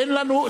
אין לנו,